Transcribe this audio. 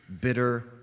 bitter